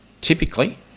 typically